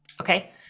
Okay